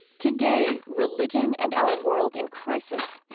today, religion and our world in crisis,